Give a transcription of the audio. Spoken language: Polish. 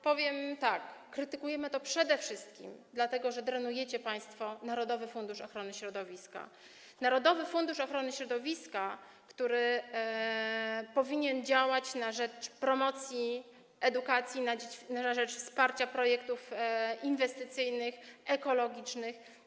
Powiem tak: krytykujemy to przede wszystkim dlatego, że drenujecie państwo Narodowy Fundusz Ochrony Środowiska i Gospodarki Wodnej, który powinien działać na rzecz promocji edukacji, na rzecz wsparcia projektów inwestycyjnych, ekologicznych.